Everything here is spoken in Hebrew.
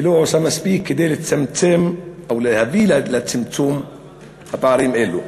ולא עושה מספיק כדי לצמצם ולהביא לצמצום פערים אלו.